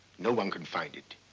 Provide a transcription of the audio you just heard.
no one can find it,